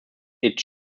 its